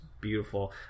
beautiful